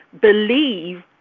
believe